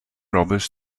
robbers